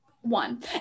One